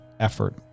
effort